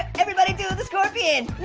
everybody do the scorpion,